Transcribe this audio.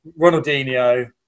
Ronaldinho